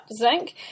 zinc